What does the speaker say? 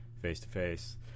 face-to-face